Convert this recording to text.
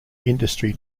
industry